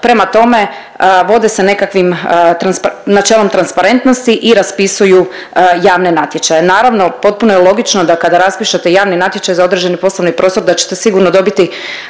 Prema tome, vode se nekakvim transpa…, načelom transparentnosti i raspisuju javne natječaje. Naravno, potpuno je logično da kada raspišete javni natječaj za određeni poslovni prostor da ćete sigurno dobiti